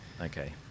Okay